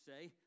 say